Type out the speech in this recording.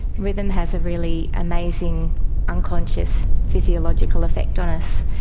rhythm has a really amazing unconscious physiological effect on us.